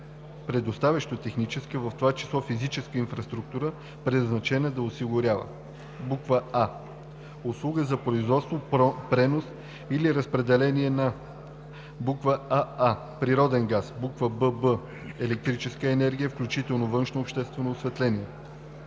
предоставящо техническа, в това число физическа инфраструктура, предназначена да осигурява: а) услуга за производство, пренос или разпределение на: аа) природен газ; бб) електрическа енергия, включително външно обществено осветление;